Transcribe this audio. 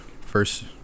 first